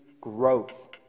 growth